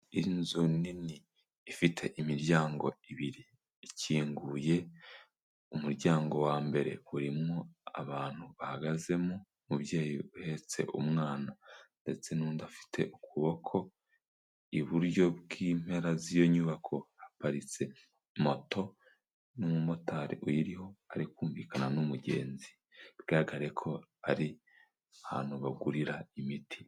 Inzu nini ifite imiryango ibiri ikinguye, umuryango wa mbere urimo abantu bahagazemo, umubyeyi uhetse umwana ndetse n'undi afite mu kuboko, iburyo bw'impera z'iyo nyubako haparitse moto n'umumotari uyiriho ari kumvikana n'umugenzi, bigaragare ko ari ahantu bagurira imiti.